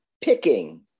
picking